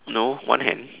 no one hand